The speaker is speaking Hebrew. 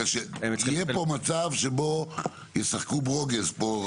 בגלל שיהיה פה מצב שבו ישחרו ברוגז פה,